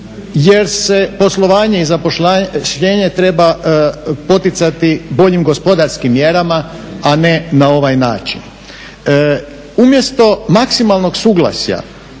jer se poslovanje i zapošljavanje treba poticati boljim gospodarskim mjerama, a ne na ovaj način.